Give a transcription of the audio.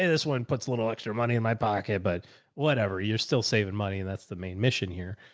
this one puts a little extra money in my pocket, but whatever, you're still saving money. and that's the main mission here.